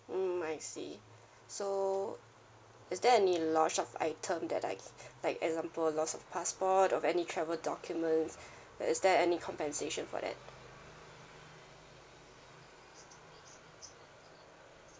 mm I see so is there any loss of item that like like example loss of passport of any travel documents uh is there any compensation for that